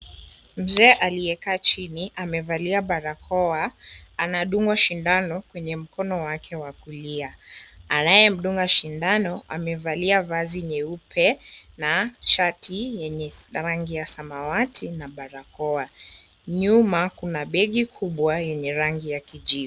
Mzee aliye amekaa chini amevalia barakoa. Anadungwa shindano kwenye mkono wake wa kulia. Anaye mdunga shindano amevalia vazi jeupe na shati yenye rangi ya samawati na barakoa. Nyuma kuna begi kubwa yenye rangi ya kijivu.